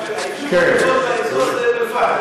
באזור הזה לבד,